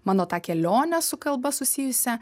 mano tą kelionę su kalba susijusią